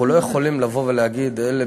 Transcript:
אנחנו לא יכולים לבוא ולהגיד: אלה,